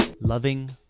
loving